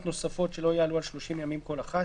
נוספות שלא יעלו על 30 ימים כל אחת,